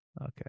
Okay